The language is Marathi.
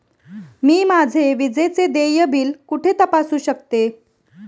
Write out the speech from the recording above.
मी माझे विजेचे देय बिल कुठे तपासू शकते?